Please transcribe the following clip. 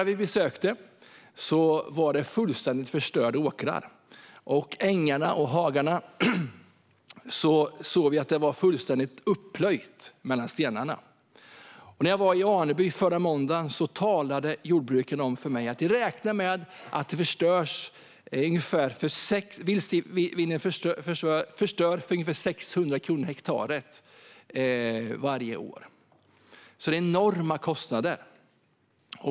Vi besökte åkrar som var fullständigt förstörda, och på ängarna och i hagarna såg vi att det var fullständigt upplöjt mellan stenarna. När jag var i Aneby förra måndagen talade jordbrukarna där om för mig att de räknar med att vildsvinen förstör för ungefär 600 kronor per hektar varje år. Det är alltså enorma kostnader.